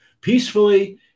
peacefully